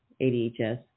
adhs